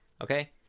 Okay